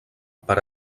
per